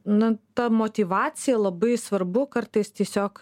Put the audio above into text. na ta motyvacija labai svarbu kartais tiesiog